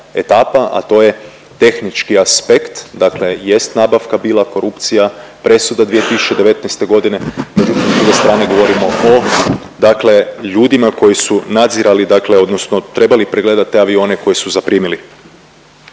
a to je tehnički aspekt. Dakle, jest nabavka bila korupcija, presuda 2019. godine. Međutim, s druge strane govorimo o dakle ljudima koji su nadzirali, dakle odnosno trebali pregledati te avione koje su zaprimili.